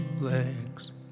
legs